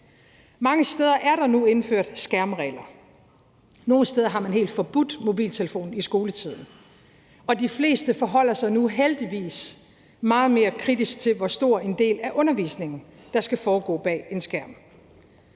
Mange steder er der nu indført skærmregler, og nogle steder har man helt forbudt mobiltelefon i skoletiden, og de fleste forholder sig nu heldigvis meget mere kritisk til, hvor stor en del af undervisningen der skal foregå bag en skærm.